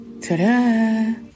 Ta-da